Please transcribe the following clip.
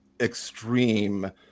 extreme